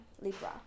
Libra